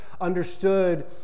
understood